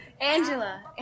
Angela